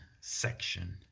section